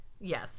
Yes